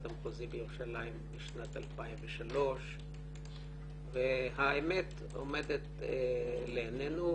המחוזי בירושלים בשנת 2003. האמת עומדת לעיננו,